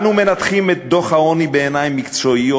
אנו מנתחים את דוח העוני בעיניים מקצועיות,